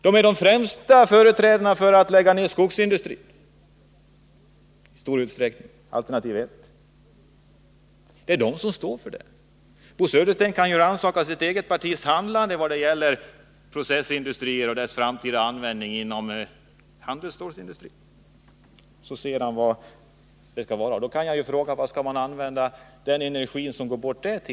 De är de främsta ivrarna för att lägga ned skogsindustrin — det gäller i stor utsträckning företrädarna för alternativ 1. Bo Södersten kan ju rannsaka sitt eget partis handlande i vad gäller processindustrier och den framtida användningen av el inom handelsstålsindustrin, så får han ett svar. Här vill jag fråga: Till vad skall man i så fall använda den energi som där går bort?